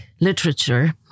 literature